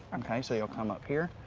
okay, so you'll come up here,